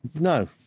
No